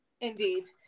Indeed